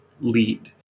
lead